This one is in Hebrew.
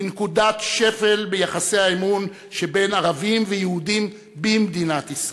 בנקודת שפל ביחסי האמון שבין ערבים ויהודים במדינת ישראל,